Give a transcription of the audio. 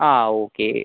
ആ ഓക്കെ